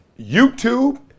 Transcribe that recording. YouTube